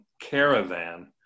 caravan